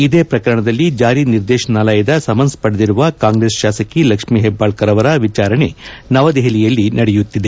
ಇದೇ ಪ್ರಕರಣದಲ್ಲಿ ಜಾರಿ ನಿದೇಶನಾಲಯದ ಸಮನ್ ಪಡೆದಿರುವ ಕಾಂಗ್ರೆಸ್ ಶಾಸಕಿ ಲಕ್ಷ್ಮಿ ಹೆಬ್ಬಾಳ್ಳರ್ ಅವರ ವಿಚಾರಣೆ ನವದೆಹಲಿಯಲ್ಲಿ ನಡೆಯುತ್ತಿದೆ